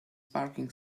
parking